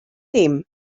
dim